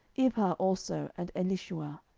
ibhar also, and elishua,